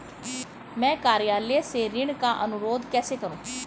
मैं कार्यालय से ऋण का अनुरोध कैसे करूँ?